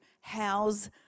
house